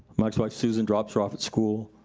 mike's wife, susan, dropped her off at school.